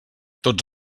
tots